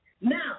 Now